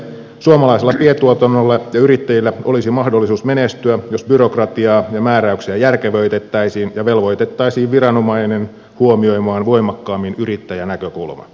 suomalaisella pientuotannolla ja yrittäjillä olisi mahdollisuus menestyä jos byrokratiaa ja määräyksiä järkevöitettäisiin ja velvoitettaisiin viranomainen huomioimaan voimakkaammin yrittäjänäkökulma